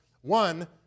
One